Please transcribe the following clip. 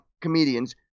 comedians